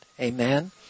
Amen